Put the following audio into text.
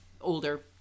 older